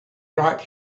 right